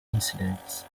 incidents